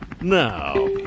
now